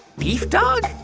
beef dog?